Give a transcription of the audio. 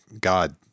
God